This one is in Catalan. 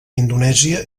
indonèsia